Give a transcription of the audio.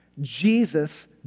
Jesus